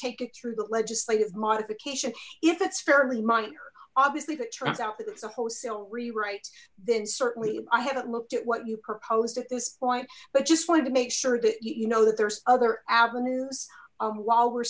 take it through the legislative modification if it's fairly minor obviously if it turns out that it's a wholesale rewrite then certainly i haven't looked at what you proposed at this point but just wanted to make sure that you know that there's other avenues while we're